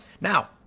Now